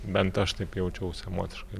bent aš taip jaučiausi emociškai